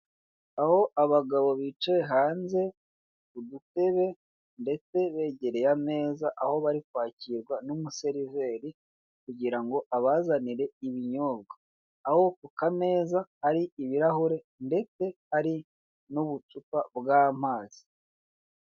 Aho abagabo bicaye hanze ku dutebe ndetse begereye ameza ako bari kwakirwa n'umuseriveri, kugirango abazanire ibinyobwa. Aho ku kameza hari ibirahure ndetse harin'ubucupa bw'amazi.